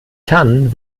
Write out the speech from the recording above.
kann